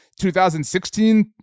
2016